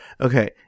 Okay